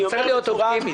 ניתן להיות אופטימי.